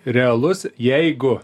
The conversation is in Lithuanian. realus jeigu